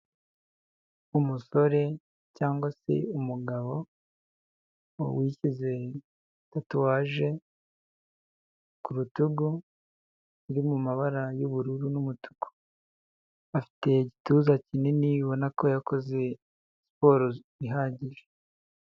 Umusore cyangwa se umugabo wishyize tatuwaje ku rutugu iri mu mabara y'ubururu n'umutuku, afite igituza kinini ubona ko yakoze siporo ihagije.